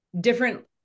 different